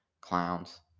clowns